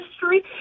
history